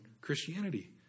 Christianity